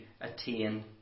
attain